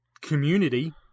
community